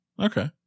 okay